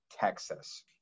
Texas